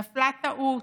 נפלה טעות.